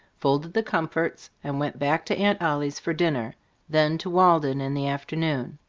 folded the comforts, and went back to aunt ollie's for dinner then to walden in the afternoon.